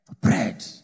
bread